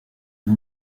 non